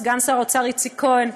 סגן שר האוצר איציק כהן,